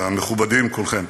המכובדים כולכם,